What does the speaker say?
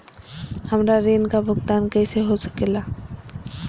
हमरा ऋण का भुगतान कैसे हो सके ला?